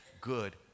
good